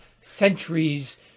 centuries